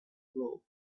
float